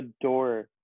adore